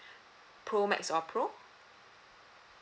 pro max or pro